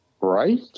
Right